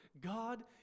God